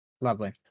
Lovely